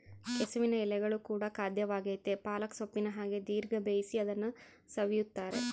ಕೆಸುವಿನ ಎಲೆಗಳು ಕೂಡ ಖಾದ್ಯವಾಗೆತೇ ಪಾಲಕ್ ಸೊಪ್ಪಿನ ಹಾಗೆ ದೀರ್ಘ ಬೇಯಿಸಿ ಅದನ್ನು ಸವಿಯುತ್ತಾರೆ